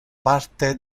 parte